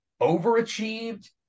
overachieved